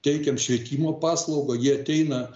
teikiam švietimo paslaugą jie ateina